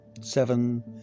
seven